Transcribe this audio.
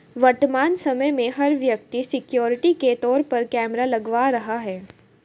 वर्तमान समय में, हर व्यक्ति सिक्योरिटी के तौर पर कैमरा लगवा रहा है